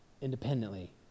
independently